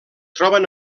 troben